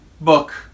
book